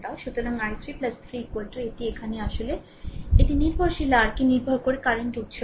সুতরাং I3 3 এটি এখানে আসলে এটি নির্ভরশীল rকে নির্ভর করে কারেন্ট উত্স বলে